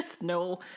no